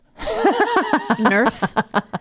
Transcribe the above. Nerf